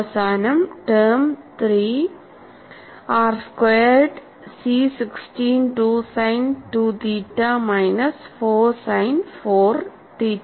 അവസാന term 3 R squared C 16 2 sine 2 theta minus 4 sine 4 തീറ്റ